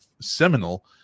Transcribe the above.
seminal